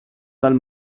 dal